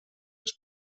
els